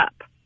up